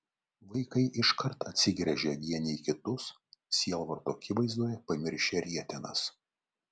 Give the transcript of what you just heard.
vaikai iškart atsigręžė vieni į kitus sielvarto akivaizdoje pamiršę rietenas